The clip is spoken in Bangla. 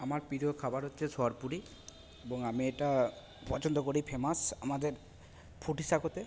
আমার প্রিয় খাবার হচ্ছে সরপুরি এবং আমি এটা পছন্দ করি ফেমাস আমাদের ফুটিসাঁকোতে